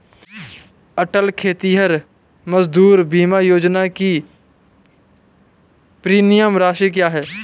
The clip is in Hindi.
अटल खेतिहर मजदूर बीमा योजना की प्रीमियम राशि क्या है?